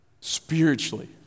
spiritually